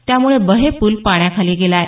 त्यामुळे बहे पूल पाण्याखाली गेला आहे